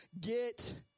Get